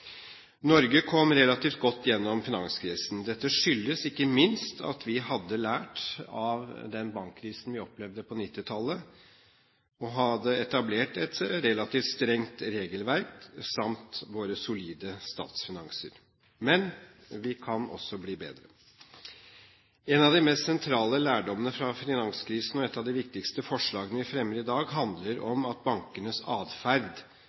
Norge kom relativt godt igjennom finanskrisen. Dette skyldes ikke minst at vi hadde lært av den bankkrisen vi opplevde på 1990-tallet – vi hadde etablert et relativt strengt regelverk – samt våre solide statsfinanser. Men vi kan også bli bedre. En av de mest sentrale lærdommene fra finanskrisen og et av de viktigste forslagene vi fremmer i dag, handler om at bankenes atferd